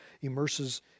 immerses